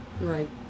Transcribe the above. Right